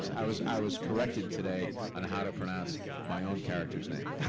i was i was corrected today on how to pronounce my own character's name,